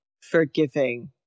forgiving